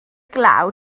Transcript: glaw